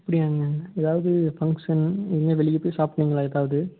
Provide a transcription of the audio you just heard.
அப்படியாங்க எதாவது ஃபங்க்ஷன் எங்கையா வெளியில போய் சாப்பிட்டிங்களா எதாவது